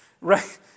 Right